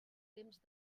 temps